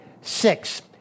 Six